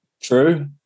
True